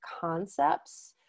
concepts